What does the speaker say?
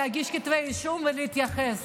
להגיש כתבי אישום ולהתייחס.